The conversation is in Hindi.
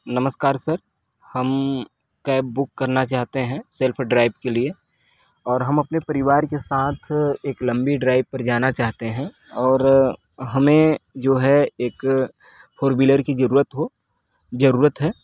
नमस्कार सर हम कैब बुक करना चाहते हैं सेल्फ ड्राइव के लिए और हम अपने परिवार के साथ एक लंबी ड्राइव पर जाना चाहते हैं और हमें जो है एक फोर व्हीलर की जरूरत हो जरूरत है